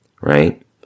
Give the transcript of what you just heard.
right